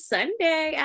Sunday